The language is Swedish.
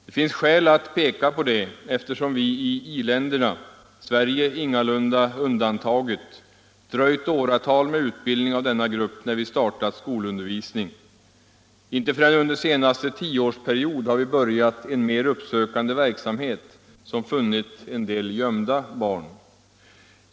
Det finns skäl att peka på detta, eftersom vi i i-länderna — Sverige ingalunda undantaget — dröjt åratal med utbildning av denna grupp, när vi startat skolundervisning. Inte förrän under senaste tioårsperiod har vi börjat en mer uppsökande verksamhet, som funnit en del gömda barn.